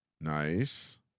Nice